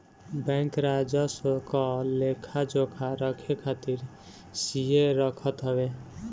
bank राजस्व क लेखा जोखा रखे खातिर सीए रखत हवे